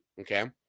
okay